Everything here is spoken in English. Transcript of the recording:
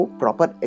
proper